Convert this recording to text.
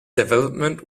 development